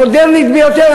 המודרנית ביותר,